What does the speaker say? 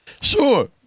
Sure